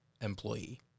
employee